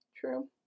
True